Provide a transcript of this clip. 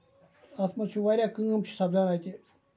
اَتھ منٛز چھُ واریاہ کٲم چھِ سَپدان اَتہِ